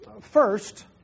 First